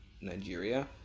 Nigeria